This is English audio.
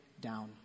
down